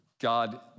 God